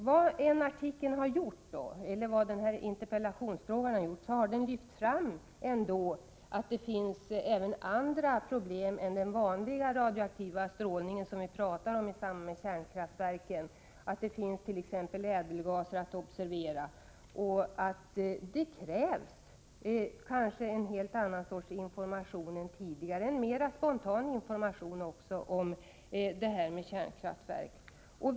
Trots allt har artikeln och interpellationen fäst uppmärksamheten på att även andra problem än radioaktiviteten är förenade med kärnkraftverken, t.ex. ädelgaser, och visat att det kanske finns behov av en bättre och mera spontan information om kärnkraftverken.